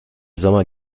sommer